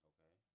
Okay